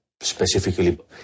specifically